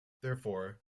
therefore